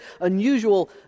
unusual